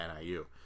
NIU